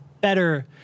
better